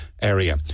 area